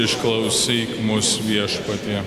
išklausyk mus viešpatie